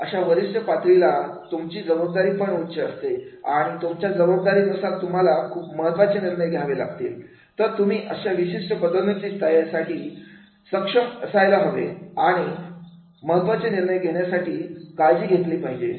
अशा वरिष्ठ पातळीला तुमची जबाबदारी पण उच्च असते आणि तुमच्या जबाबदारी नुसार तुम्हाला खूप महत्त्वाचे निर्णय घ्यावे लागतील तर तुम्ही अशा विशिष्ट पदोन्नती तयारीसाठी सक्षम असायला हवे आणि महत्त्वाचे निर्णय घेण्यासाठी काळजी घेतली पाहिजे